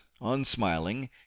Unsmiling